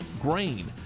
grain